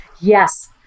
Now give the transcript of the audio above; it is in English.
Yes